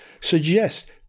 suggest